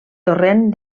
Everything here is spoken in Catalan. torrent